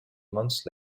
months